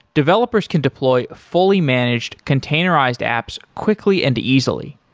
developers can deploy fully managed containerized apps quickly and easily.